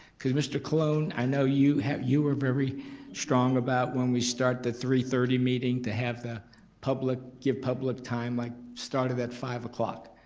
cause mr. cologne i know you have, you were very strong about when we start the three thirty meeting to have the public, give public time like start of that five